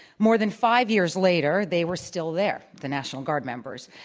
more than five years later, they were still there, the national guard members.